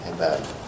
amen